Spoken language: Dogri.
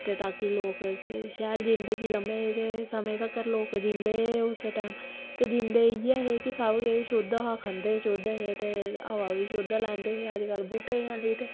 ते ताकि लोक शैल जिन्दगी लम्मे एह्दे समें तक्कर लोक जींदे हे उस टैम ते जींदे इ'यै हे कि सब किश शुद्ध हा खंदे शुद्ध हे ते हवा बी शुद्ध लैंदे हे अजकल्ल बूह्टे गै हैन्नी ते